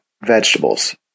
vegetables